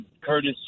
Curtis